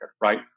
right